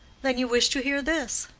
then you wish to hear this.